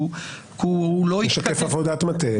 הוא משקף עבודת מטה.